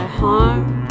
harm